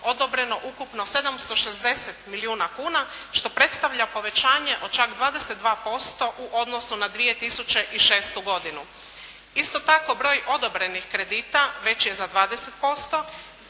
odobreno ukupno 760 milijuna kuna što predstavlja povećanje od čak 22% u odnosu na 2006. godinu. Isto tako broj odobrenih kredita veći je za 20%